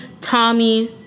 Tommy